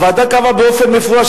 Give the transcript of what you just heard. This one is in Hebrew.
הוועדה קבעה באופן מפורש,